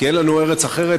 כי אין לנו ארץ אחרת,